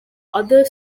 other